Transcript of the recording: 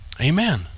Amen